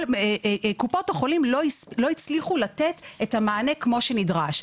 קופות החולים לא הצליחו לתת את המענה כמו שנדרש.